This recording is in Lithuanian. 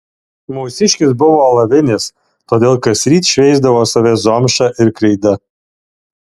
mūsiškis buvo alavinis todėl kasryt šveisdavo save zomša ir kreida